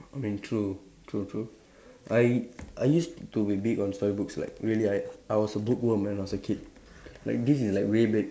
I mean true true true I I use to be big on story books like really I I was a bookworm when I was a kid like this is like way back